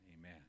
amen